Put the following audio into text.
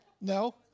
no